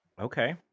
Okay